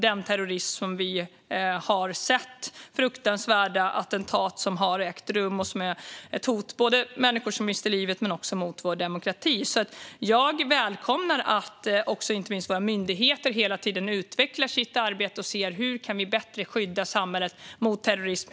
Den terrorism som vi har sett med fruktansvärda attentat som har ägt rum är ett hot både mot människor som kan mista livet och mot vår demokrati. Jag välkomnar att inte minst våra myndigheter hela tiden utvecklar sitt arbete och ser på hur vi bättre kan skydda samhället mot terrorism.